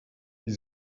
die